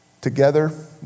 Together